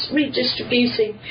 redistributing